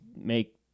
make